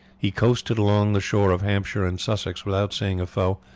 he coasted along the shore of hampshire and sussex without seeing a foe,